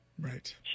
Right